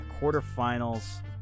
quarterfinals